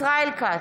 ישראל כץ,